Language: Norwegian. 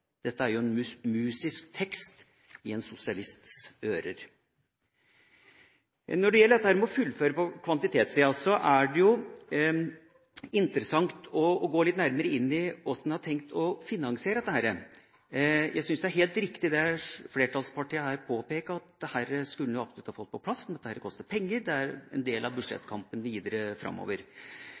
Dette er jo en musisk tekst i en sosialists ører. Når det gjelder det med å fullføre på kvantitetssida, er det interessant å gå litt nærmere inn i hvordan en har tenkt å finansiere dette. Jeg syns det er helt riktig, det flertallspartiene her påpeker – at dette skulle en absolutt fått på plass. Men dette koster penger, og det er en del av budsjettkampen videre framover.